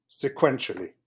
sequentially